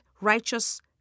righteous